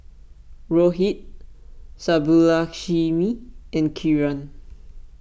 Rohit Subbulakshmi and Kiran